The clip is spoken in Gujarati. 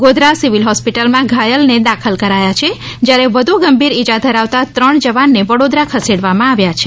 ગોધરા સિવિલ હોસ્પિટલ માં ઘાયલ ને દાખલ કરાયા છે જ્યારે વધુ ગંભીર ઇજા ધરાવતા ત્રણ જવાન ને વડોદરા ખસેડવામાં આવ્યા છે